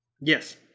Yes